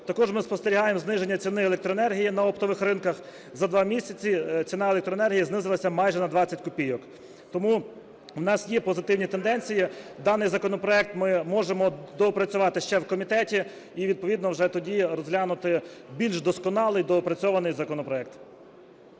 Також ми спостерігаємо зниження ціни електроенергії на оптових ринках. За дві місяці ціна електроенергії знизилася майже на 20 копійок. Тому у нас є позитивні тенденції. Даний законопроект ми можемо доопрацювати ще в комітеті, і відповідно вже тоді розглянути більш досконалий, доопрацьований законопроект.